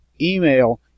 email